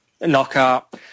Knockout